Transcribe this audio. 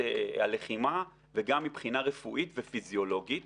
הלחימה וגם מבחינה רפואית ופיזיולוגית